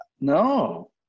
No